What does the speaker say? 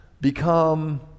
become